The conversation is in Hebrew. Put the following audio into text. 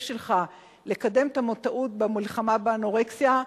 שלך לקדם את המודעות למלחמה באנורקסיה,